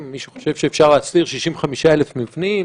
מישהו חושב שאפשר להסיר 65,000 מבנים?